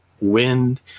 wind